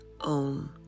own